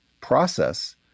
process